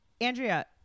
Andrea